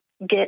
get